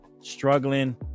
struggling